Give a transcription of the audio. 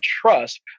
trust